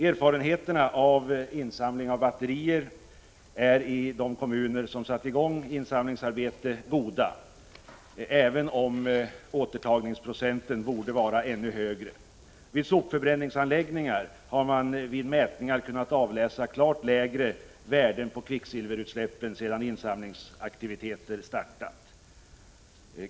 Erfarenheterna av insamling av batterier är i de kommuner som satt i gång insamlingsarbete goda, även om återtagningsprocenten borde vara ännu högre. Vid sopförbränningsanläggningar har man vid mätningar kunnat avläsa klart lägre värden på kvicksilverutsläppen sedan insamlingsaktiviteter har startat.